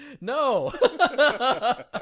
No